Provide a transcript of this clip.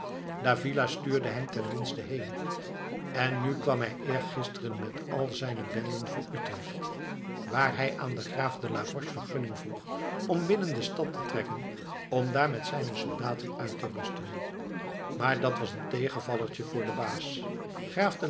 d'avila stuurde hem ten minste heen en nu kwam hij eergisteren met al zijne benden voor utrecht waar hij aan den graaf de la roche vergunning vroeg om binnen de stad te trekken om daar met zijne soldaten uit te rusten maar dat was een tegenvallertje voor den baas graaf de